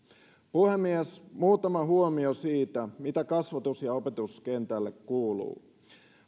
puhemies muutama huomio siitä mitä kasvatus ja opetuskentälle kuuluu